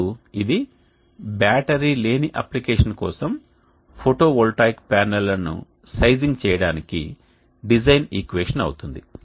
ఇప్పుడు ఇది బ్యాటరీ లేని అప్లికేషన్ కోసం ఫోటోవోల్టాయిక్ ప్యానెల్లను సైజింగ్ చేయడానికి డిజైన్ ఈక్వేషన్ అవుతుంది